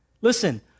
Listen